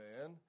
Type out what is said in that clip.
man